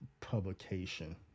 publication